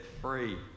free